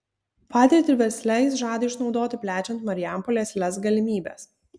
patirtį versle jis žada išnaudoti plečiant marijampolės lez galimybes